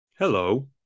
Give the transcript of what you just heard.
Hello